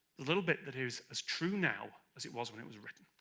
a little bit that is as true now as it was when it was written